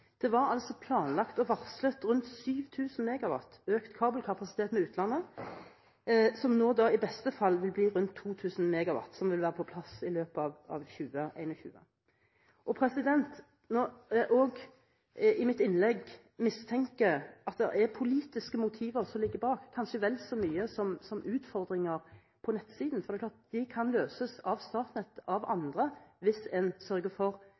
Det var altså planlagt og varslet rundt 7 000 MW økt kabelkapasitet med utlandet, men nå vil i beste fall rundt 2 000 MW være på plass i løpet av 2021. I mitt innlegg mistenker jeg at det er politiske motiver som ligger bak, kanskje vel så mye som utfordringer på nettsiden, for det er klart at de kan løses av Statnett og av andre hvis en sørger for